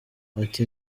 ati